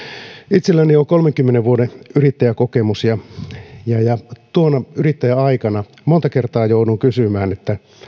itselläni on kolmenkymmenen vuoden yrittäjäkokemus ja ja tuona yrittäjäaikana monta kertaa jouduin kysymään